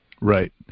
Right